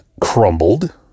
crumbled